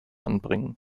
anbringen